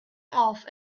off